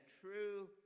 true